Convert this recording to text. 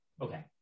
Okay